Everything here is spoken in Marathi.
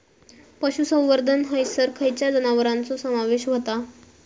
पशुसंवर्धन हैसर खैयच्या जनावरांचो समावेश व्हता?